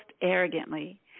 arrogantly